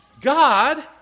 God